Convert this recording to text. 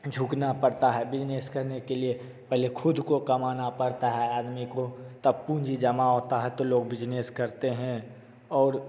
झुकना पड़ता है बिज़नेस करने के लिए पहले खुद को कमाना पड़ता है आदमी को तब पूँजी जमा होता है तो लोग बिज़नेस करते हैं और